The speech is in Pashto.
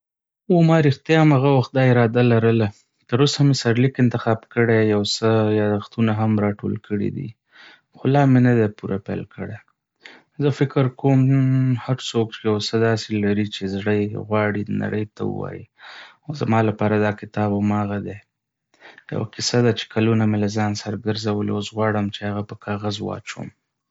هو، ما ريښتیا هم هغه وخت دا اراده لرله. تر اوسه مې سرليک انتخاب کړی، یو څه یادښتونه هم راټول کړي دي، خو لا مې نه دی پوره پیل کړی. زه فکر کوم هر څوک یو څه داسې لري چې زړه يې غواړي نړۍ ته ووایي، او زما لپاره دا کتاب هماغه دی. یوه کیسه ده چې کلونه مې له ځانه سره ګرځولې، اوس غواړم چې هغه پر کاغذ واچوم.